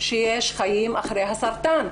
שיש חיים אחרי הסרטן,